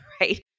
right